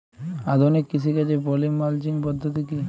আধুনিক কৃষিকাজে poly mulching পদ্ধতি কি?